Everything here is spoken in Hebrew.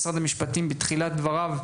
משרד המשפטים בתחילת דבריו,